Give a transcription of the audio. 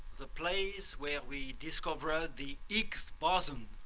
the place where we discovered the higgs boson,